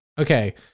Okay